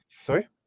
sorry